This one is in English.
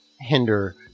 hinder